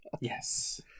yes